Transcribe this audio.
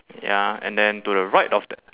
ya and then to the right of that